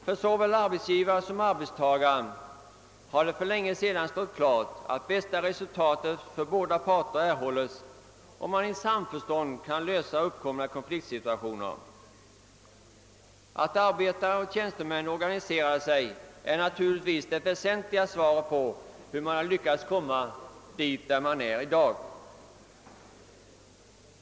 För såväl arbetsgivare som arbetstagare har det för länge sedan stått klart, att bästa resultatet för båda parter erhålles om man i samförstånd kan lösa uppkomna konfliktsituationer. Att arbetare och tjänstemän organiserade sig är naturligtvis den väsentliga anledningen till att man har lyckats komma dit där man i dag är.